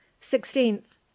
Sixteenth